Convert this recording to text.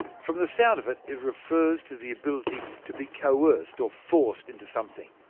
from the sound of it, it refers to the ability to be coerced, or forced into something.